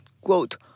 quote